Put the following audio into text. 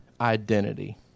identity